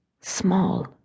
small